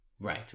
Right